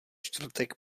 čtvrtek